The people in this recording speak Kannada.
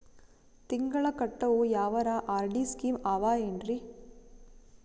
ತಿಂಗಳ ಕಟ್ಟವು ಯಾವರ ಆರ್.ಡಿ ಸ್ಕೀಮ ಆವ ಏನ್ರಿ?